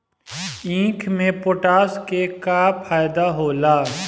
ईख मे पोटास के का फायदा होला?